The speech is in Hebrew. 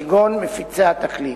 כגון מפיצי התקליט.